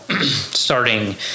starting